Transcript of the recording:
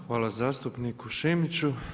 Hvala zastupniku Šimiću.